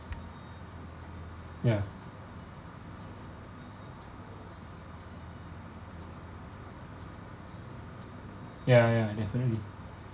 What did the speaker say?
ya ya ya definitely